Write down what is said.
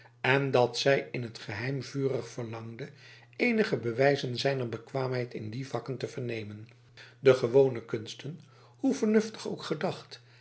en dat zij in t geheim vurig verlangde eenige bewijzen zijner bekwaamheid in die vakken te vernemen de gewone kunsten hoe vernuftig ook gedacht